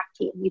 team